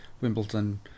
Wimbledon